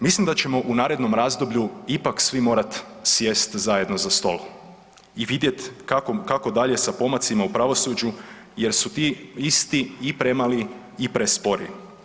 Mislim da ćemo u narednom razdoblju ipak svi morat sjest zajedno za stol i vidjet kako dalje sa pomacima u pravosuđu jer su ti isti i premali i prespori.